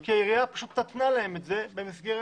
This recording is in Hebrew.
כי העירייה פשוט נתנה להם את זה במסגרת